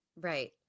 Right